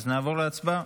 אז נעבור להצבעה.